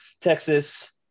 Texas